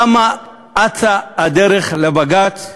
למה אצה הדרך לבג"ץ לקבוע,